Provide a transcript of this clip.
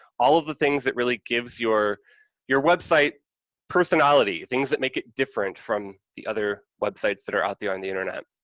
all of the things that really gives your your website personality, things that make it different from the other websites that are out there on the internet,